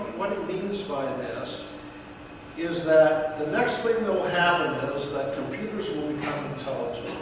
what he means by this is that the next thing that will happen is that computers will become intelligent.